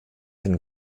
den